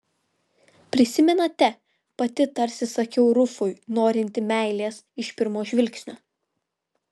prisimenate pati tarsi sakiau rufui norinti meilės iš pirmo žvilgsnio